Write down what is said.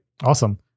Awesome